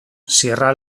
sierra